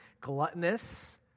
Gluttonous